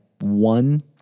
one